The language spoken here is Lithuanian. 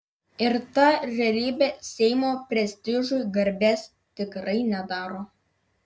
ir ta realybė seimo prestižui garbės tikrai nedaro